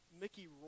Mickey